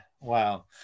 wow